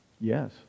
Yes